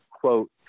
quote